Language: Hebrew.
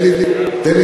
תן לי, בבקשה.